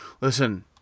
Listen